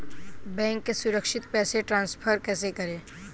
Bank से सुरक्षित पैसे ट्रांसफर कैसे करें?